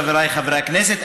חבריי חברי הכנסת,